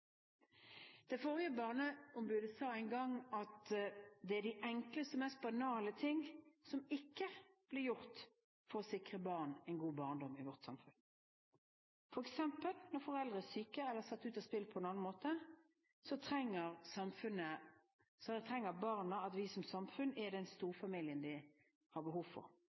Det forrige barneombudet sa engang at det er de enkleste og mest banale ting som ikke blir gjort for å sikre barn en god barndom i vårt samfunn. For eksempel: Når foreldre er syke eller satt ut av spill på en annen måte, trenger barna at vi som samfunn er den storfamilien de har behov for.